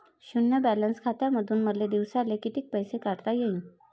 शुन्य बॅलन्स खात्यामंधून मले दिवसाले कितीक पैसे काढता येईन?